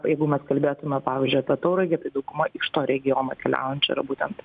jeigu mes kalbėtume pavyzdžiui apie tauragę tai dauguma iš to regiono keliaujančių yra būtent